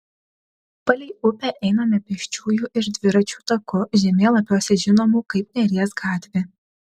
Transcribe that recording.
palei upę einame pėsčiųjų ir dviračių taku žemėlapiuose žinomų kaip neries gatvė